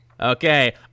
Okay